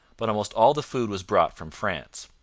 but almost all the food was brought from france.